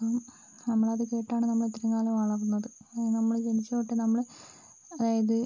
അപ്പം നമ്മളത് കേട്ടാണ് നമ്മളിത്രയും കാലം വളർന്നത് നമ്മൾ ജനിച്ചത് തൊട്ട് നമ്മൾ അതായത്